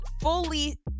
fully